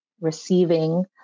receiving